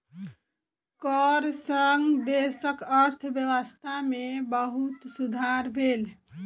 कर सॅ देशक अर्थव्यवस्था में बहुत सुधार भेल